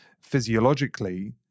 physiologically